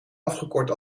afgekort